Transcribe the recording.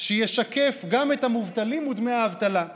שישקף גם את המובטלים ודמי האבטלה.